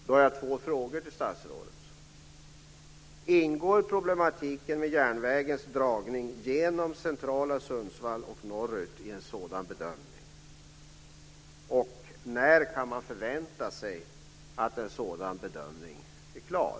Då har jag två frågor till statsrådet: Ingår problematiken med järnvägens dragning genom centrala Sundsvall och norrut i en sådan bedömning? När kan man förvänta sig att en sådan bedömning blir klar?